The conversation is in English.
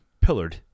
pillared